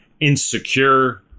insecure